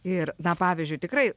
ir va pavyzdžiui tikrai